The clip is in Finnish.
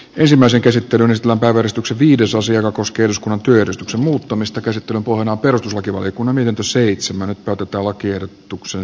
ensimmäisen käsittelyn rangaistukset viidesosa joka koskee eduskunnan työ edustuksen muuttumista käsittelyn pohjana on perustuslakivaliokunnan ehdotus seitsemän kadota lakiehdotuksen